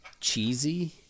cheesy